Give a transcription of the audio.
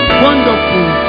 wonderful